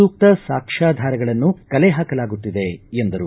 ಸೂಕ್ತ ಸಾಕ್ಷ್ಯಾಧಾರಗಳನ್ನು ಕಲೆ ಹಾಕಲಾಗುತ್ತಿದೆ ಎಂದರು